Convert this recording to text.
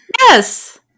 Yes